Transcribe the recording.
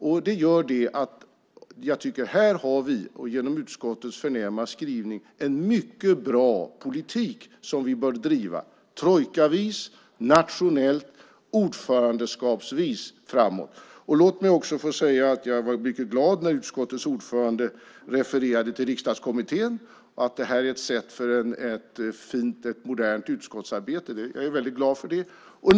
Jag tycker att här har vi, och genom utskottets förnäma skrivning, en mycket bra politik som vi bör driva trojkavis, nationellt och ordförandeskapsvis framåt. Låt mig också få säga att jag var mycket glad när utskottets ordförande refererade till Riksdagskommittén att det här är ett sätt för ett modernt utskottsarbete. Jag är väldigt glad för det.